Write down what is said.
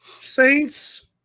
Saints